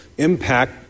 impact